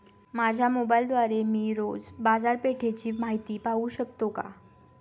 माझ्या मोबाइलद्वारे मी रोज बाजारपेठेची माहिती पाहू शकतो का?